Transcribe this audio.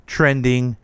trending